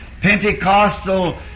Pentecostal